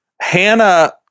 Hannah